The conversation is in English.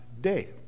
day